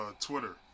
Twitter